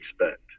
expect